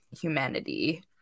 humanity